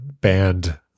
band